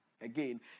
again